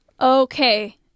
Okay